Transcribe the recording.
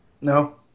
No